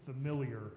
familiar